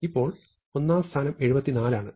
ഇപ്പോൾ ഒന്നാം സ്ഥാനം 74 ആണ്